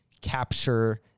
capture